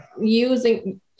using